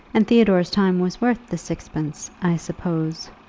and theodore's time was worth the sixpence, i suppose,